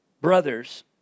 brothers